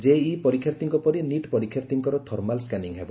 JEE ପରୀକ୍ଷାର୍ଥୀଙ୍କ ପରି NEET ପରୀକ୍ଷାର୍ଥୀଙ୍କର ଥର୍ମାଲ ସ୍କାନିଂ ହେବ